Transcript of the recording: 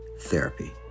therapy